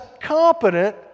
competent